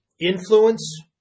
influence